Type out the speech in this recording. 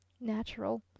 Natural